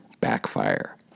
backfire